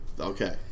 Okay